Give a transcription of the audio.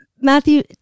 Matthew